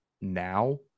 now